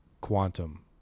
Quantum